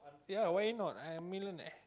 ya why not I'm a millionaire